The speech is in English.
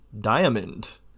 Diamond